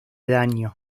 daño